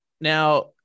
Now